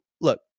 look